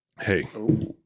hey